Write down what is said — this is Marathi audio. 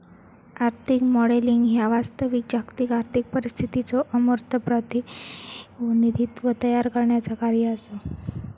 आर्थिक मॉडेलिंग ह्या वास्तविक जागतिक आर्थिक परिस्थितीचो अमूर्त प्रतिनिधित्व तयार करण्याचा कार्य असा